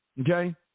Okay